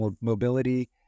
mobility